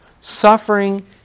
suffering